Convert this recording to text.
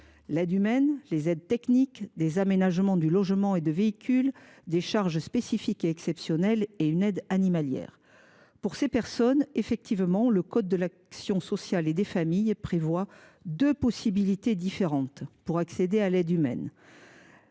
aides humaines, les aides techniques, des aménagements du logement et du véhicule, des charges spécifiques ou exceptionnelles, une aide animalière. Pour ces personnes, le code de l’action sociale et des familles prévoit deux possibilités différentes pour accéder à l’aide humaine.